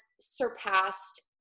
surpassed